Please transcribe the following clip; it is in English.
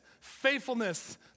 faithfulness